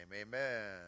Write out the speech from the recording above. amen